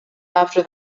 after